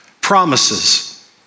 promises